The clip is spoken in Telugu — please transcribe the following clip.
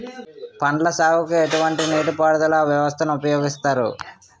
పండ్ల సాగుకు ఎటువంటి నీటి పారుదల వ్యవస్థను ఉపయోగిస్తారు?